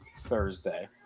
Thursday